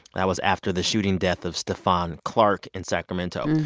that was after the shooting death of stephon clark in sacramento.